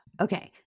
Okay